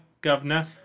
governor